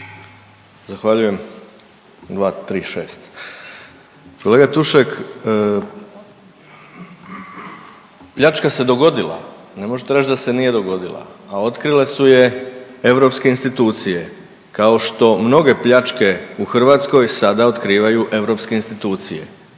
Zahvaljujem. 236. kolega Tušek pljačka se dogodila, ne možete reć da se nije dogodila, a otkrile su je europske institucije, kao što mnoge pljačke u Hrvatskoj sada otkrivaju europske institucije.